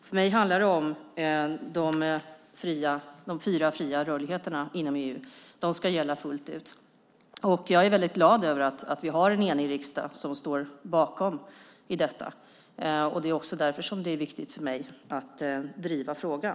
För mig handlar det om de fyra fria rörligheterna inom EU. De ska gälla fullt ut. Jag är väldigt glad över att vi har en enig riksdag som står bakom detta. Det är också därför som det är viktigt för mig att driva frågan.